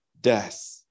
death